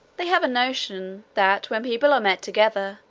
they have a notion, that when people are met together,